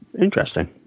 Interesting